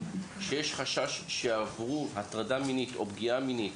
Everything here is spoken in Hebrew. שיש חשש שעברו הטרדה מינית או פגיעה מינית,